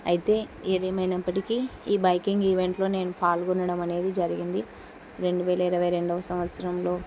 అయితే ఏదేమైనప్పటికీ ఈ బైకింగ్ ఈవెంట్లో నేను పాల్గొనడం అనేది జరిగింది రెండు వేల ఇరవై రెండవ సంవత్సరంలో